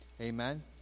Amen